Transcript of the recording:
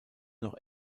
noch